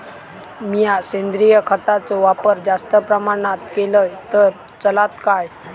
मीया सेंद्रिय खताचो वापर जास्त प्रमाणात केलय तर चलात काय?